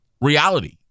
reality